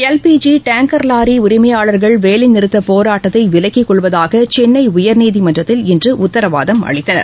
LPG tanker lorry உரிமையாளர்கள் வேலைநிறுத்தப் போராட்டத்தை விலக்கிக் கொள்வதாக சென்னை உயர்நீதிமன்றத்தில் இன்று உத்தரவாதம் அளித்தனர்